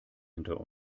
hinter